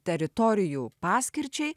teritorijų paskirčiai